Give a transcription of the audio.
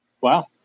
Wow